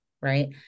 right